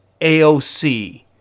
AOC